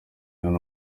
hano